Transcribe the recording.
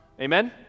Amen